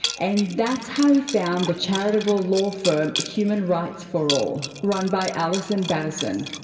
and that's how he found the charitable law firm human rights for all, run by alison battison.